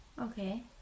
Okay